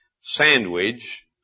sandwich